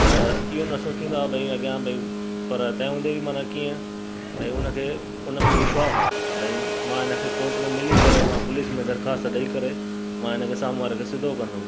त इहो न सोचींदो आहे भई अॻियां भई पर तंहिं हूंदे बि माना कीअं भई हुनखे हुन में विश्वास आहे भई मां हिनखे कोर्ट में मिली करे मां पुलिस में दरख़्वास्त ॾेई करे मां हिनखे साम्हूं वारे खे सिधो कंदुमि